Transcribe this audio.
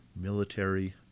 military